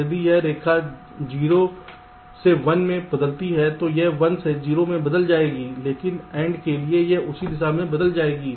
यदि यह रेखा 0 से 1 में बदलती है तो यह 1 से 0 में बदल जाएगी लेकिन AND के लिए यह उसी दिशा में बदल जाएगी